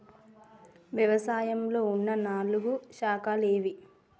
వ్యవసాయంలో ఉన్న నాలుగు శాఖలు ఏవి?